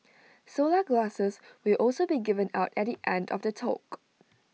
solar glasses will also be given out at the end of the talk